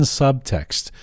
subtext